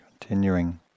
continuing